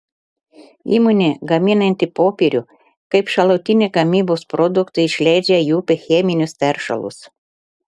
įmonė gaminanti popierių kaip šalutinį gamybos produktą išleidžia į upę cheminius teršalus